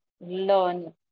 learn